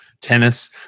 tennis